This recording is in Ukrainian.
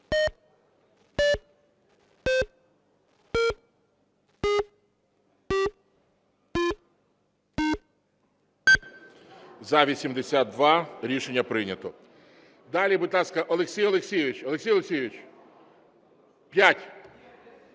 За-82 Рішення прийнято. Далі. Будь ласка, Олексій Олексійович. Олексій Олексійович, 5.